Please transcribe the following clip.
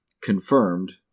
Confirmed